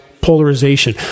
polarization